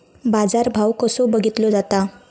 बाजार भाव कसो बघीतलो जाता?